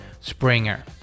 Springer